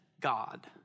God